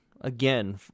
again